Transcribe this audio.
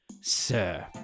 sir